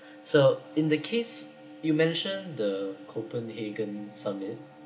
so in the case you mentioned the copenhagen summit